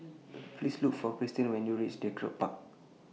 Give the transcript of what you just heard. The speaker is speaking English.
Please Look For Cristen when YOU REACH Draycott Park